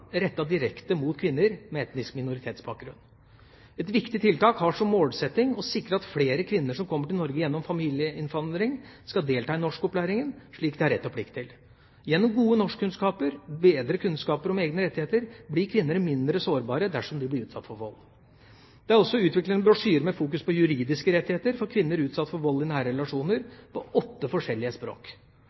har som målsetting å sikre at flere kvinner som har kommet til Norge gjennom familieinnvandring, skal delta i norskopplæringen, slik de har rett og plikt til. Gjennom gode norskkunnskaper og bedre kunnskap om egne rettigheter blir kvinner mindre sårbare dersom de blir utsatt for vold. Det er også utviklet en brosjyre med fokusering på juridiske rettigheter for kvinner utsatt for vold i nære relasjoner på åtte forskjellige språk.